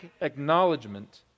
acknowledgement